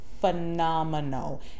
phenomenal